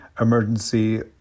emergency